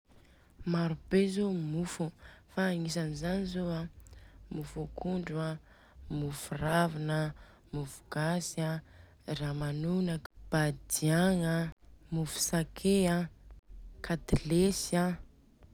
Maro be zô mofo, agnisany zany zô an, mofo akondro an, mofo raviny an, mofo Gasy an, ramanonaka an, badiagna an, mofo sake an, katilesy an.